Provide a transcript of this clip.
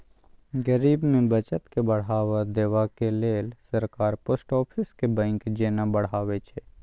गरीब मे बचत केँ बढ़ावा देबाक लेल सरकार पोस्ट आफिस केँ बैंक जेना बढ़ाबै छै